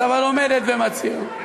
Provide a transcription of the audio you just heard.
אבל עומדת ומצהירה,